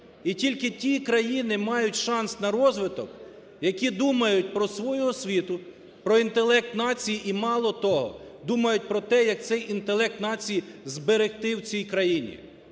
І тільки ті країни мають шанс на розвиток, які думають про свою освіту, про інтелект нації і, мало того, думають про те, як цей інтелект нації зберегти в цій країні.